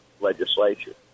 legislation